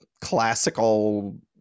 classical